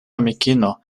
amikino